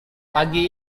pagi